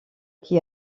qui